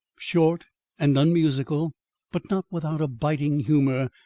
short and unmusical but not without a biting humour,